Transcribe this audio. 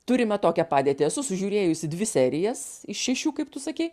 turime tokią padėtį esu sužiūrėjusi dvi serijas iš šešių kaip tu sakei